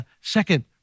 second